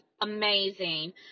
amazing